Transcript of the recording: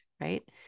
right